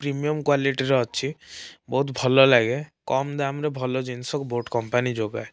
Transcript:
premium କ୍ଵାଲିଟିର ଅଛି ବହୁତ ଭଲ ଲାଗେ କମ୍ ଦାମ୍ ରେ ଭଲ ଜିନିଷ ବୋଟ କମ୍ପାନୀ ଯୋଗାଏ